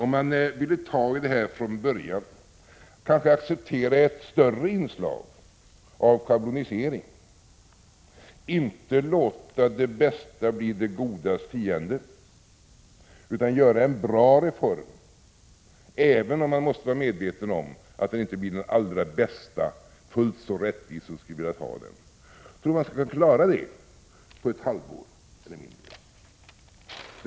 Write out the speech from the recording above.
Man måste ta i detta från början, kanske acceptera ett större inslag av schablonisering, inte låta det bästa bli det godas fiende, utan göra en bra reform även om man måste vara medveten om att det inte blir den allra bästa, fullt så rättvis som vi skulle ha velat ha den. Tror ni att man skulle klara detta på ett halvår eller mindre?